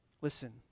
Listen